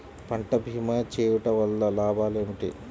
పంట భీమా చేయుటవల్ల లాభాలు ఏమిటి?